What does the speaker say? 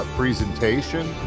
presentation